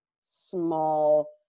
small